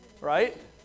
right